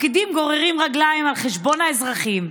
הפקידים גוררים רגליים על חשבון האזרחים.